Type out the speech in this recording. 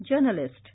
journalist